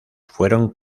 fueron